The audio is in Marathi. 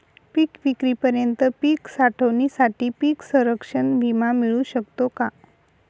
पिकविक्रीपर्यंत पीक साठवणीसाठी पीक संरक्षण विमा मिळू शकतो का?